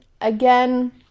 again